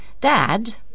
Dad